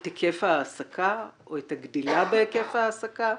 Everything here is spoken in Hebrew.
את היקף ההעסקה או את הגדילה בהיקף ההעסקה,